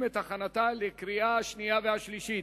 את הכנתה לקריאה השנייה והשלישית.